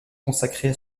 consacrées